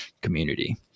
community